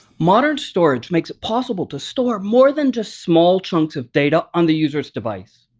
modern storage makes it possible to store more than just small chunks of data on the user's device.